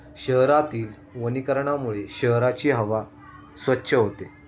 शहरातील वनीकरणामुळे शहराची हवा स्वच्छ होते